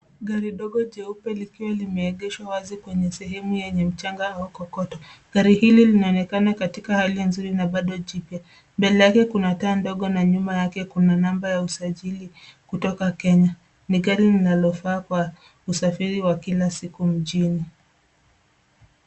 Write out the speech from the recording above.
Gari dogo jeupe likiwa limeegeshwa wazi kwenye sehemu yenye mchanga au kokoto. Gari hili linaonekana katika hali nzuri na bado jipya. Mbele yake kuna taa ndogo na nyuma yake kuna namba ya usajili kutoka kenya. Ni gari linalofaa kwa usafiri wa kila siku mjini.